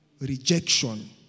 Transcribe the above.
Rejection